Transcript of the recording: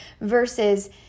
versus